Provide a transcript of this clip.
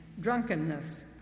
drunkenness